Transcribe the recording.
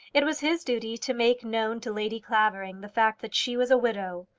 it was his duty to make known to lady clavering the fact that she was a widow,